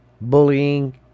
bullying